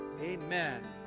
Amen